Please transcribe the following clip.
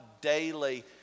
daily